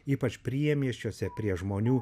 ypač priemiesčiuose prie žmonių